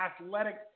athletic